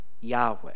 Yahweh